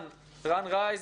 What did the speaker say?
רן רייז,